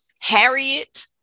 Harriet